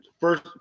first